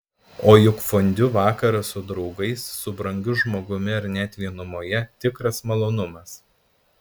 o juk fondiu vakaras su draugais su brangiu žmogumi ar net vienumoje tikras malonumas